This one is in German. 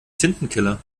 tintenkiller